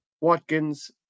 Watkins